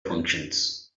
functions